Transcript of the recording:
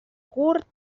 curt